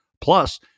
plus